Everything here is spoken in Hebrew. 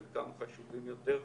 חלקם חשובים יותר,